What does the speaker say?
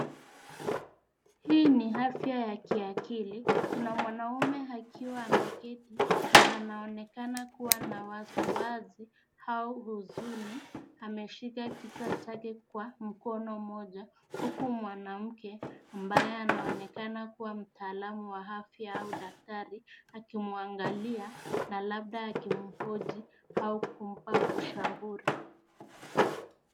Hii ni afya ya kiakili kuna mwanaume akiwa ameketi na anaonekana kuwa na wasiwasi au huzuni, ameshika kichwa chake kwa mkono moja huku mwanamke ambaye anaonekana kuwa mtaalamu wa afya au daktari akimwangalia na labda akimhoji au kumpa ushauri.